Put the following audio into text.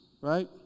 right